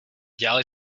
dělali